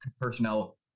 personnel